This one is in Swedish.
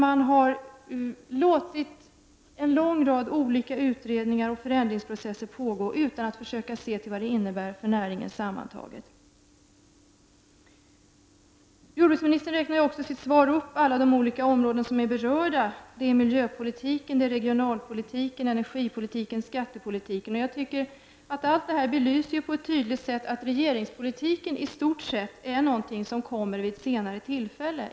Man har låtit en lång rad olika utredningar och förändringsprocesser pågå utan att försöka se vad det innebär för näringen sammantaget. Jordbruksministern räknar i sitt svar upp de olika områden som är berörda: miljöpolitiken, regionalpolitiken, energipolitiken, skattepolitiken. Allt detta tycker jag belyser på ett tydligt sätt att regeringspolitiken i stort sett kommer vid ett senare tillfälle.